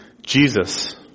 Jesus